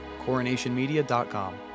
coronationmedia.com